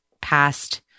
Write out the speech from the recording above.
Past